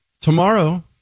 Tomorrow